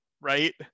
Right